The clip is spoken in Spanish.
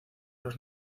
las